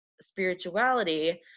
spirituality